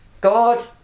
God